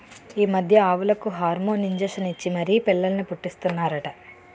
ఈ మధ్య ఆవులకు హార్మోన్ ఇంజషన్ ఇచ్చి మరీ పిల్లల్ని పుట్టీస్తన్నారట